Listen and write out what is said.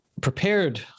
prepared